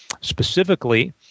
Specifically